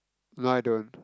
no I don't